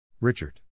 Richard